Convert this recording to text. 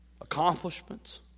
accomplishments